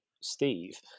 Steve